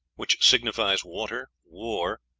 which signifies water, war,